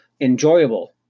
enjoyable